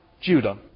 Judah